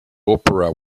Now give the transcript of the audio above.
opera